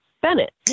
Bennett